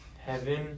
heaven